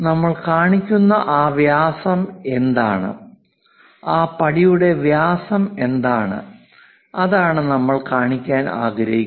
നമ്മൾ കാണിക്കുന്ന ആ വ്യാസം എന്താണ് ആ പടിയുടെ വ്യാസം എന്താണ് അതാണ് നമ്മൾ കാണിക്കാൻ ആഗ്രഹിക്കുന്നത്